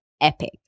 epic